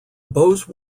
bose